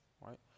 right